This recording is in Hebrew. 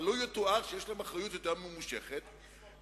אבל לו יתואר שיש להם אחריות ממושכת יותר,